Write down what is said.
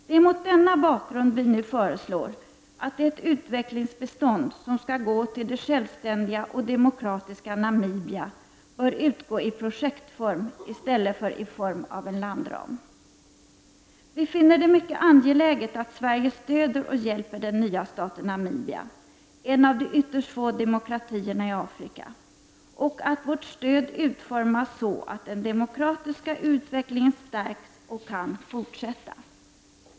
Det är mot denna bakgrund som vi nu föreslår att det utvecklingsbistånd som skall gå till det självständiga och demokratiska Namibia bör utgå i projektform i stället för i form av en landram. Vi finner det mycket angeläget att Sverige stöder och hjälper den nya staten Namibia, en av de ytterst få demokratierna i Afrika, och att vårt stöd utformas så att den demokratiska utvecklingen stärks och kan fortsätta.